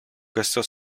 questo